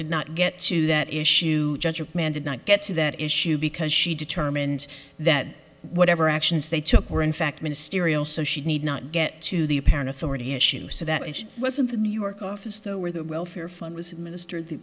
did not get to that issue judge a man did not get to that issue because she determined that whatever actions they took were in fact ministerial so she need not get to the apparent authority issue so that it wasn't the new york office though where the welfare fund was minister